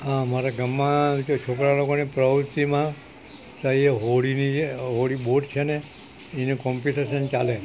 હા અમારા ગામમાં જો છોકરા લોકોની પ્રવૃત્તિમાં તો આ જે હોડીની જે હોડી બોટ છે ને એની કોમ્પિટેસન ચાલે